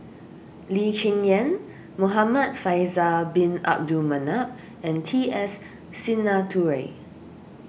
Lee Cheng Yan Muhamad Faisal Bin Abdul Manap and T S Sinnathuray